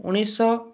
ଉଣେଇଶିଶହ